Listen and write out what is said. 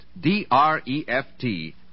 D-R-E-F-T